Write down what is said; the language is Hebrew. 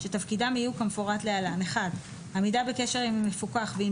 שתפקידיהם יהיו כמפורט להלן: עמידה בקשר עם מפוקח ועם